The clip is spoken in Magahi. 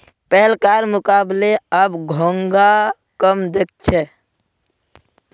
पहलकार मुकबले अब घोंघा कम दख छि